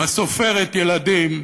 סופרת הילדים,